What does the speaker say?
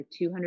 200